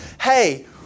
Hey